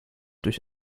durch